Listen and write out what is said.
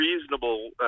reasonable